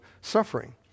suffering